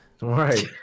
Right